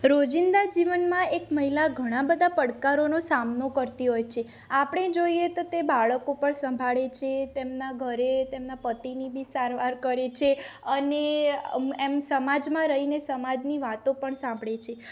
રોજિંદા જીવનમાં એક મહિલા ઘણા બધા પડકારોનો સામનો કરતી હોય છે આપણે જોઈએ તો તે બાળકો પણ સંભાળે છે તેમના ઘરે તેમના પતિની બી સારવાર કરે છે અને એમ સમાજમાં રહીને સમાજની વાતો પણ સાંભળે છે